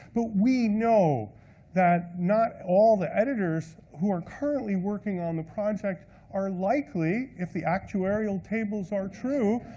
but we know that not all the editors who are currently working on the project are likely, if the actuarial tables are true,